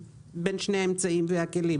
בין שני האמצעים והכלים.